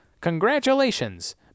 Congratulations